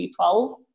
B12